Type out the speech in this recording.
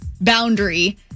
boundary